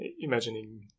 imagining